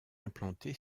implanté